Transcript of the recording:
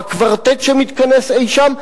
או הקוורטט שמתכנס אי-שם,